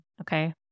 okay